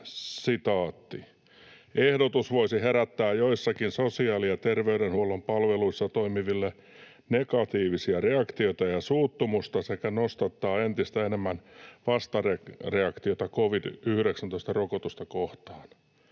sitaatti: ”Ehdotus voisi herättää joissakin sosiaali‑ ja terveydenhuollon palveluissa toimiville negatiivisia reaktioita ja suuttumusta sekä nostattaa entistä enemmän vastareaktiota covid‑19-rokotusta kohtaan.